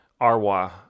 Arwa